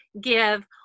give